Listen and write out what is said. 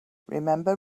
remember